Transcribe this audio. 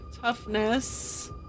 toughness